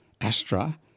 Astra